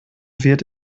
wird